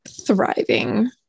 Thriving